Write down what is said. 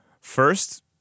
First